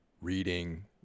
reading